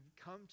come